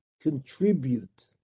contribute